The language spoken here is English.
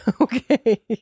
Okay